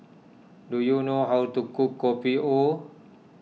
do you know how to cook Kopi O